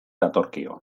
datorkio